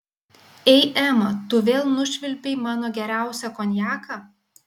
ei ema tu vėl nušvilpei mano geriausią konjaką